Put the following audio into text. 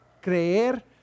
creer